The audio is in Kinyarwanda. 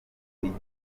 nteko